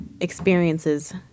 experiences